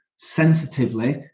sensitively